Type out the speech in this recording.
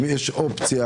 אם יש אופציה